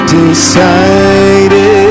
decided